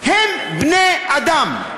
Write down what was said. הם בני-אדם.